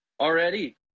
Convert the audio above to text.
Already